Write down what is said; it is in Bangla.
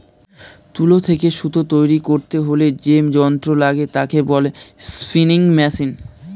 তুলো থেকে সুতো তৈরী করতে হলে যে যন্ত্র লাগে তাকে বলে স্পিনিং মেশিন